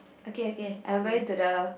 okay okay I'm going to the